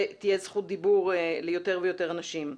תהיה זכות דיבור ליותר ויותר אנשים.